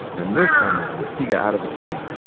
and this time, he got out of the plane.